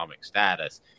status